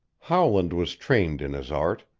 howland was trained in his art.